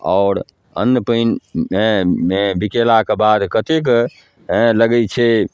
आओर अन्न पानि बिकेलाके बाद कतेक हेँ लगै छै